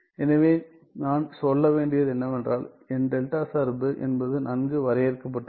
எனவே நான் சொல்ல வேண்டியது என்னவென்றால் என் டெல்டா சார்பு என்பது நன்கு வரையறுக்கப்பட்டுள்ளது